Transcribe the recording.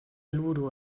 helburu